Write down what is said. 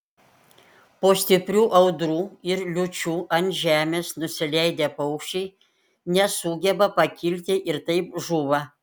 po stiprių audrų ir liūčių ant žemės nusileidę paukščiai nesugeba pakilti ir taip žūva